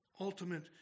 ultimate